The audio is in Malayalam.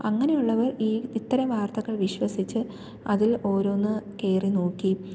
അങ്ങനെയുള്ളവർ ഈ ഇത്തരം വാർത്തകൾ വിശ്വസിച്ച് അതിൽ ഓരോന്ന് കയറി നോക്കി